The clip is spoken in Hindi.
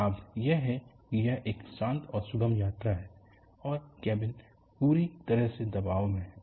लाभ यह है कि यह एक शांत और सुगम यात्रा है और केबिन पूरी तरह से दबाव में है